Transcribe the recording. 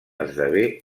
esdevé